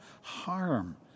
harm